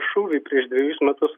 šūvį prieš dvejis metus